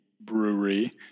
Brewery